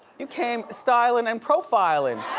you came stylin' and profilin'.